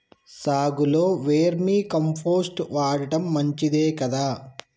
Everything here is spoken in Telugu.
సాగులో వేర్మి కంపోస్ట్ వాడటం మంచిదే కదా?